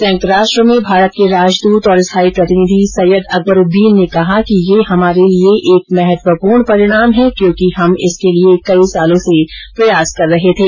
संयुक्त राष्ट्र में भारत के राजदूत और स्थायी प्रतिनिधि सैयद अकबरुद्दीन ने कहा कि यह हमारे लिए एक महत्वपूर्ण परिणाम है क्योंकि हम इसके लिए कई सालों से प्रयास कर रहे थे